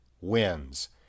wins